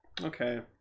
okay